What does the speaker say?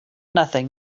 nothing